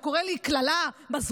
הוא קורא לי בקללה "מזרובה",